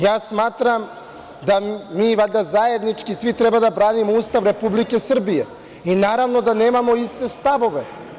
Ja smatram da mi valjda zajednički svi treba da branimo Ustav Republike Srbije i naravno, da nemamo iste stavove.